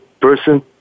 person